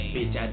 Bitch